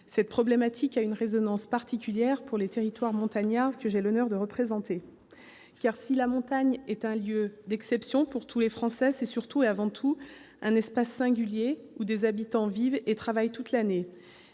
Cette problématique a une résonnance particulière pour le territoire montagnard que j'ai l'honneur de représenter. En effet, si la montagne est un lieu d'exception pour tous les Français, c'est surtout et avant tout un espace singulier où des habitants vivent et travaillent toute l'année